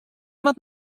moat